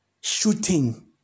shooting